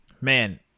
Man